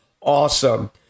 awesome